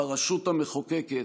ברשות המחוקקת,